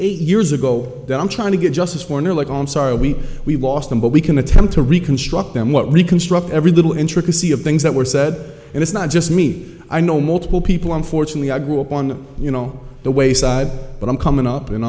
eight years ago that i'm trying to get justice for near like i'm sorry we we've lost them but we can attempt to reconstruct them what reconstruct every little intricacy of things that were said and it's not just me i know multiple people unfortunately i grew up on you know the wayside but i'm coming up